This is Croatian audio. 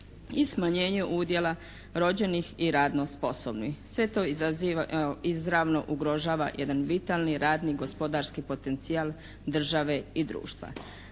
i smanjenje udjela rođenih i radno sposobnih. Sve to izaziva evo i izravno ugrožava jedan vitalni, radni, gospodarski potencijal države i društva.